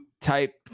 type